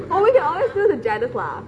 oh my gosh this is jennifer